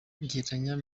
agereranya